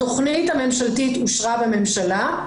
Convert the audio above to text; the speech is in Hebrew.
התכנית הממשלתית אושרה בממשלה,